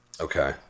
Okay